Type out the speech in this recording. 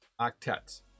octets